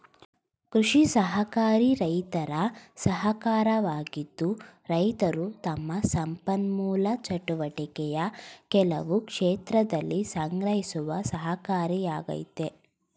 ಕೃಷಿ ಸಹಕಾರಿ ರೈತರ ಸಹಕಾರವಾಗಿದ್ದು ರೈತರು ತಮ್ಮ ಸಂಪನ್ಮೂಲ ಚಟುವಟಿಕೆಯ ಕೆಲವು ಕ್ಷೇತ್ರದಲ್ಲಿ ಸಂಗ್ರಹಿಸುವ ಸಹಕಾರಿಯಾಗಯ್ತೆ